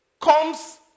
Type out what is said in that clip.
comes